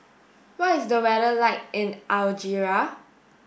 what is the weather like in Algeria